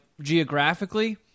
geographically